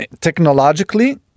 technologically